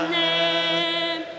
name